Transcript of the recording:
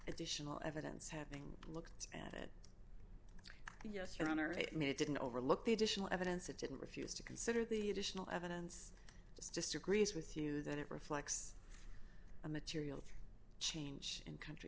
additional evidence having looked at it yes your honor it didn't overlook the additional evidence it didn't refuse to consider the additional evidence just disagrees with you that it reflects a material change in country